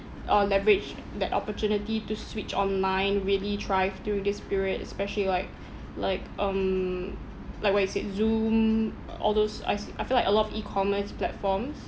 uh leverage that opportunity to switch online really thrive during this period especially like like um like what you said zoom uh all those I s~ I feel like a lot of e commerce platforms